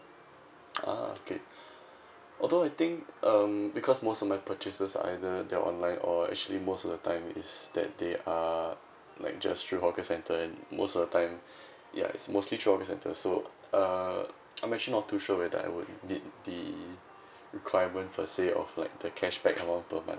ah okay although I think um because most of my purchases are either they are online or actually most of time is that they are like just through hawker centre and most of the time ya it's mostly through hawker centre so uh I'm actually not too sure whether I would meet the requirement per se of like the cashback amount per month